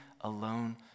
alone